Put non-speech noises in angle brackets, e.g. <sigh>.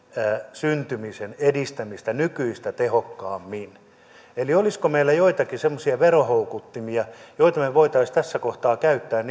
syntymistä edistettäisiin nykyistä tehokkaammin olisiko meillä joitakin semmoisia verohoukuttimia joita me voisimme tässä kohtaa käyttää <unintelligible>